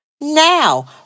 now